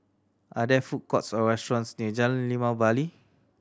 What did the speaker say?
are there food courts or restaurants near Jalan Limau Bali